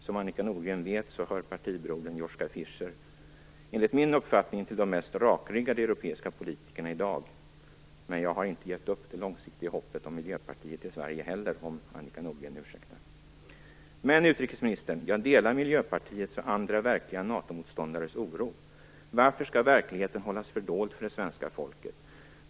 Som Annika Nordgren vet hör partibrodern Joshka Fischer enligt min uppfattning till de mest rakryggade europeiska politikerna i dag. Men jag har inte gett upp det långsiktiga hoppet om Miljöpartiet i Sverige heller, om Annika Nordgren ursäktar. Jag delar, utrikesministern, Miljöpartiets och andra verkliga NATO-motståndares oro. Varför skall verkligheten hållas fördold för det svenska folket?